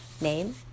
Name